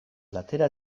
platera